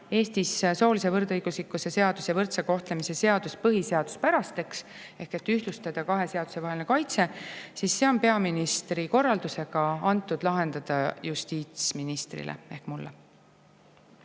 Eestis soolise võrdõiguslikkuse seadus ja võrdse kohtlemise seadus põhiseaduspärasteks ehk ühtlustada kahe seaduse vaheline kaitse, siis see on peaministri korraldusega antud lahendada justiitsministrile ehk mulle.